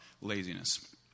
laziness